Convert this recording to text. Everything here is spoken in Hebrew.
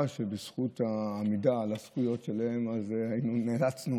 שבזכות העמידה על הזכויות שלהם נאלצנו